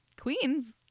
Queens